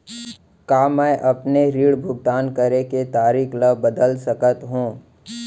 का मैं अपने ऋण भुगतान करे के तारीक ल बदल सकत हो?